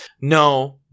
No